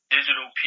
digital